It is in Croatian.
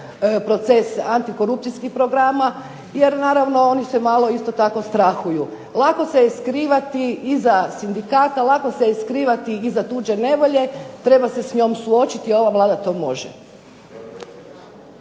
proces antikorupcijskih programa, jer naravno oni se malo isto tako strahuju. Lako se i skrivati iza sindikata, lako se skrivati iza tuđe nevolje, treba se s njom suočiti. Ova Vlada to može.